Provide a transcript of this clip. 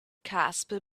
casper